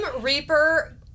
Reaper